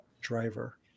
driver